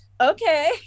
okay